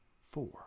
four